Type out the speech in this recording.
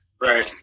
Right